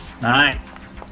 Nice